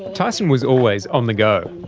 tyson was always on the go.